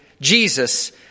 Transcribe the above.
Jesus